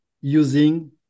using